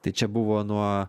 tai čia buvo nuo